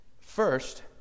First